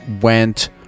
went